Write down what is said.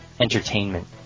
entertainment